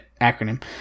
acronym